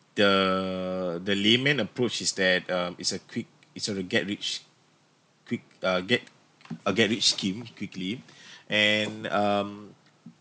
the the laymen approach is that um it's a quick it's so to get rich quick uh get a get rich scheme quickly and um